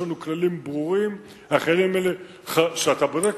יש לנו כללים ברורים.